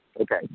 Okay